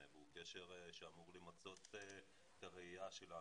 והוא קשר שאמור למצות את הראייה שלנו,